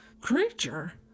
creature